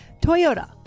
Toyota